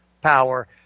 power